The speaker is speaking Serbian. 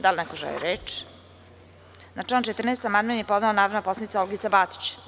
Da li neko želi reč?(Ne) Na član 14. amandman je podnela narodna poslanica Olgica Batić.